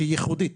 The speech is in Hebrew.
שהיא ייחודית,